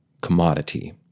commodity